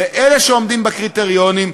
לאלה שעומדים בקריטריונים,